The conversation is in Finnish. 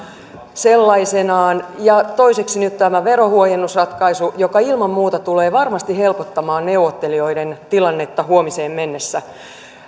sellaisenaan ja toiseksi nyt tämä verohuojennusratkaisu ilman muuta tulee varmasti helpottamaan neuvottelijoiden tilannetta huomiseen mennessä